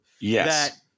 Yes